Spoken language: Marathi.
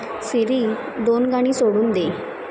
सिरी दोन गाणी सोडून दे